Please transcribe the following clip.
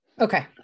Okay